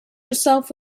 yourself